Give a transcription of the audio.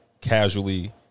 casually